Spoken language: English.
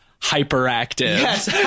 hyperactive